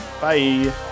Bye